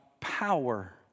power